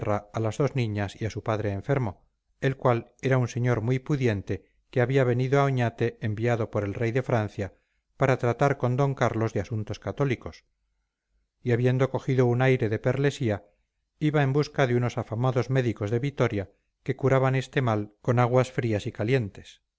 a las dos niñas y a su padre enfermo el cual era un señor muy pudiente que había venido a oñate enviado por el rey de francia para tratar con d carlos de asuntos católicos y habiendo cogido un aire de perlesía iba en busca de unos afamados médicos de vitoria que curaban este mal con aguas frías y calientes